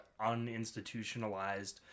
uninstitutionalized